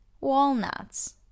Walnuts